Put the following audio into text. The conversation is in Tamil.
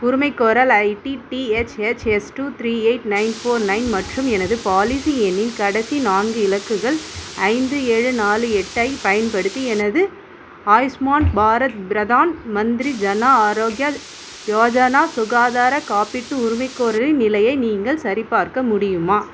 உரிமைகோரல் ID DHHS two three eight nine four nine மற்றும் எனது பாலிசி எண்ணின் கடைசி நான்கு இலக்குகள் ஐந்து ஏழு நாலு எட்டைப் பயன்படுத்தி எனது ஆயுஷ்மான் பாரத் பிரதான் மந்திரி ஜன ஆரோக்ய யோஜனா சுகாதார காப்பீட்டு உரிமைகோரலின் நிலையை நீங்கள் சரிபார்க்க முடியுமா